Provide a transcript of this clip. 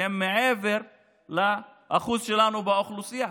שהוא מעבר לשיעור שלנו באוכלוסייה.